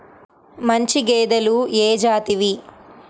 మంచి గేదెలు ఏ జాతివి?